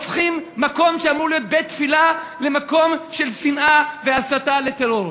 הופכים מקום שאמור להיות בית-תפילה למקום של שנאה והסתה לטרור.